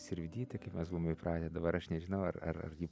sirvydytė kaip mes buvome įpratę dabar aš nežinau ar ar ar ji